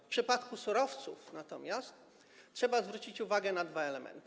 W przypadku surowców natomiast trzeba zwrócić uwagę na dwa elementy.